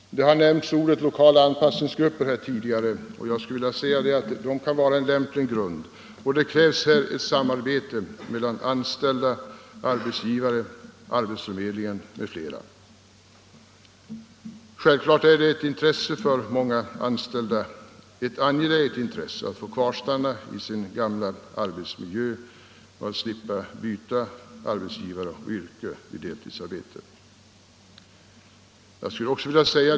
Lokala anpassningsgrupper, som här tidigare nämnts, kan vara en lämplig grund. Det krävs här ett samarbete mellan anställda, arbetsgivare, arbetsförmedlingar m.fl. Självfallet är det för många anställda ett angeläget intresse att få kvarstanna i sin gamla arbetsmiljö och slippa byta ar betsgivare och yrke vid deltidsarbete.